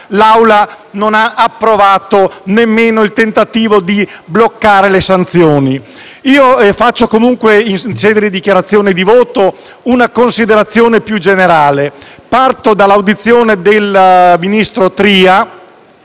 l'Assemblea non ha approvato nemmeno il tentativo di bloccare le sanzioni. Svolgo comunque, in sede di dichiarazione di voto, una considerazione più generale e parto dall'audizione del ministro Tria,